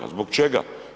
Zbog čega?